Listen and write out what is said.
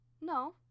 No